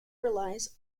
relies